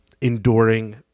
enduring